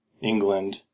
England